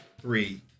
Three